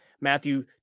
Matthew